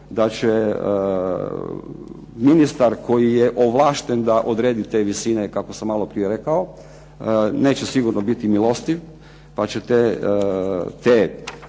da će ministar koji je ovlašten da odredi te visine kako sam maloprije rekao, neće sigurno biti milostiv pa ćete